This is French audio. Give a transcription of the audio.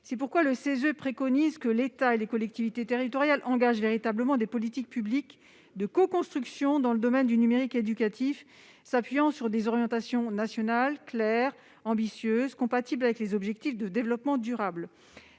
environnemental (CESE) préconise que l'État et les collectivités territoriales engagent des politiques publiques de coconstruction dans le domaine du numérique éducatif, s'appuyant sur des orientations nationales claires, ambitieuses et compatibles avec les objectifs de développement durable.